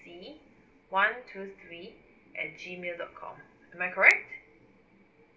C one two three at G mail dot com am I correct